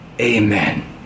Amen